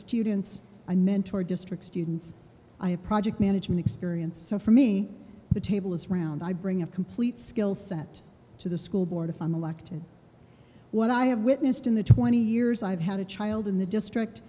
students i mentor district students i have project management experience so for me the table is round i bring a complete skill set to the school board if i'm elected what i have witnessed in the twenty years i've had a child in the district